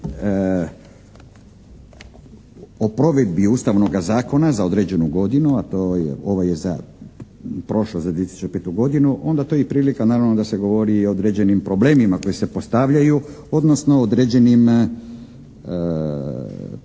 o provedbi Ustavnoga zakona za određenu godinu, a to je, ovo je za prošlu 2005. godinu, onda to je i prilika naravno da se govori i o određenim problemima koji se postavljaju odnosno određenim dijelovima